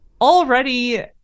already